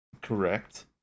Correct